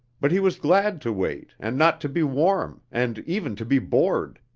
but he was glad to wait and not to be warm and even to be bored,